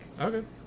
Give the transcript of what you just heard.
Okay